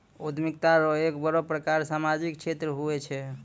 उद्यमिता रो एक बड़ो प्रकार सामाजिक क्षेत्र हुये छै